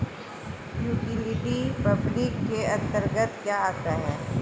Utility public के अंतर्गत क्या आता है?